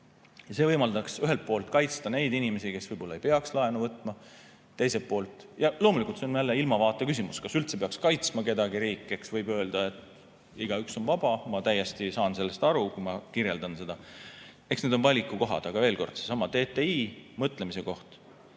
See võimaldaks ühelt poolt kaitsta neid inimesi, kes võib-olla ei peaks laenu võtma. Teiselt poolt loomulikult, see on jälle ilmavaate küsimus, kas riik üldse peaks kaitsma kedagi, eks. Võib öelda, et igaüks on vaba, ma täiesti saan sellest aru, ma kirjeldan seda. Eks need on valikukohad. Aga veel kord: seesama DSTI – mõtlemise koht.